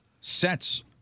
sets